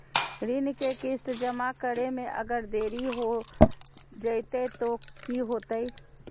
ऋण के किस्त जमा करे में अगर देरी हो जैतै तो कि होतैय?